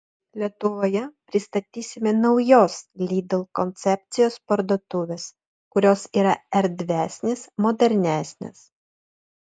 lietuvoje pristatysite naujos lidl koncepcijos parduotuves kurios yra erdvesnės modernesnės